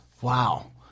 Wow